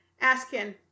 asking